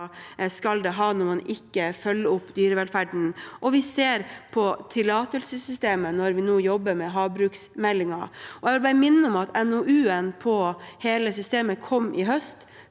skal ha når man ikke følger opp dyrevelferden, og vi ser på tillatelsessystemet når vi nå jobber med havbruksmeldingen. Jeg vil bare minne om at NOU-en for hele systemet kom i høst.